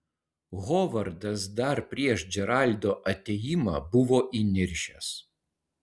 hovardas dar prieš džeraldo atėjimą buvo įniršęs